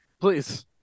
please